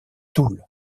toul